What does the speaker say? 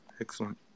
Excellent